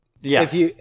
Yes